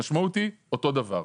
המשמעות היא אותו דבר.